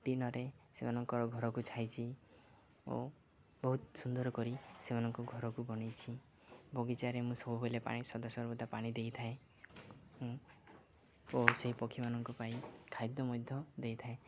ଟିନରେ ସେମାନଙ୍କର ଘରକୁ ଛାଇଛି ଓ ବହୁତ ସୁନ୍ଦର କରି ସେମାନଙ୍କ ଘରକୁ ବନେଇଛି ବଗିଚାରେ ମୁଁ ସବୁବେଲେ ପାଣି ସଦସର୍ବଦା ପାଣି ଦେଇଥାଏ ମୁଁ ଓ ସେଇ ପକ୍ଷୀମାନଙ୍କ ପାଇଁ ଖାଦ୍ୟ ମଧ୍ୟ ଦେଇଥାଏ